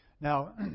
Now